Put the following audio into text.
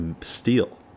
steel